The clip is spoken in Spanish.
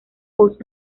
hoz